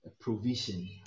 provision